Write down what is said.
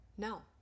No